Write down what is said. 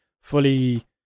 fully